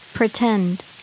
Pretend